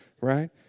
Right